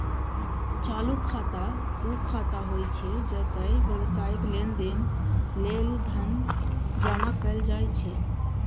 चालू खाता ऊ खाता होइ छै, जतय व्यावसायिक लेनदेन लेल धन जमा कैल जाइ छै